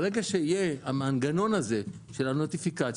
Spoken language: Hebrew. ברגע שיהיה המנגנון של הנוטפיצקיה,